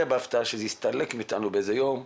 בהפתעה כך הוא יסתלק מאתנו באיזה יום,